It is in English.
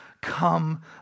Come